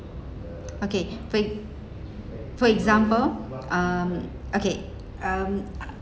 okay for ex~ for example um okay um